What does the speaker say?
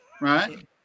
right